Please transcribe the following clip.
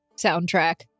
soundtrack